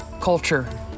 culture